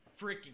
freaking